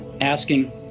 asking